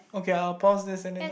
okay I'll pause this and then I'll